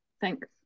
Thanks